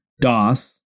DOS